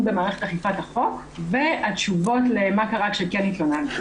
במערכת אכיפת החוק והתשובות למה קרה כשכן התלוננת,